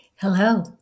Hello